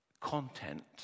content